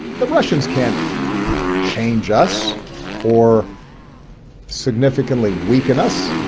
the russians can't change us or significantly weaken us.